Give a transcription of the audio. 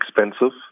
expensive